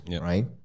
right